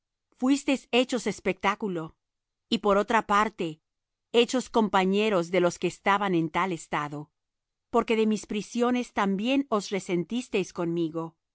fuisteis hechos espectáculo y por otra parte hechos compañeros de los que estaban en tal estado porque de mis prisiones también os resentisteis conmigo